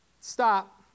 Stop